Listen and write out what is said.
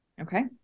okay